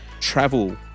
travel